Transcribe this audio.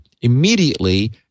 Immediately